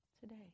Today